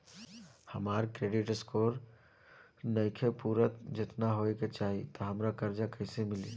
हमार credit score नईखे पूरत जेतना होए के चाही त हमरा कर्जा कैसे मिली?